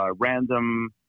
random